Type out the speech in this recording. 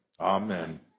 Amen